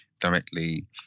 directly